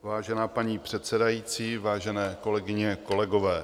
Vážená paní předsedající, vážené kolegyně, kolegové.